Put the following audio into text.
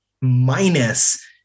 minus